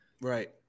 Right